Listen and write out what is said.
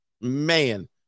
man